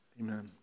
Amen